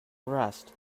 rest